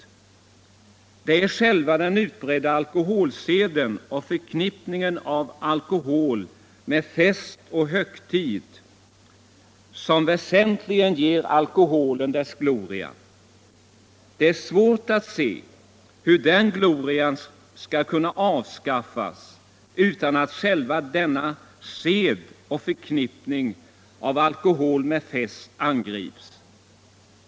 Det är själva den utbredda alkoholseden och förknippningen av alkohol med fest och högtid som väsentligen ger alkoholen dess gloria. Det är svårt att se hur den glorian skall kunna avskaffas utan att själva denna sed och förknippning av alkohol med fest angrips.